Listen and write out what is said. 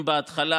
אם בהתחלה,